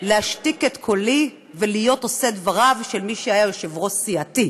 להשתיק את קולי ולהיות עושה דבריו של מי שהיה יושב-ראש סיעתי.